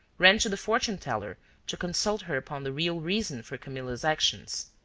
ran to the fortune-teller to consult her upon the real reason for camillo's actions.